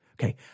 okay